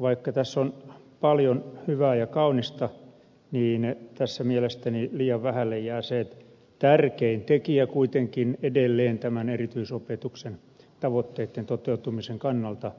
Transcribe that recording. vaikka tässä on paljon hyvää ja kaunista niin tässä mielestäni liian vähälle jää se että tärkein tekijä kuitenkin edelleen tämän erityisopetuksen tavoitteitten toteutumisen kannalta